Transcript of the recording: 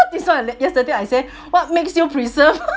this one yes~ yesterday I say what makes you preserve